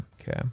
Okay